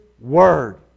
Word